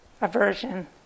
aversion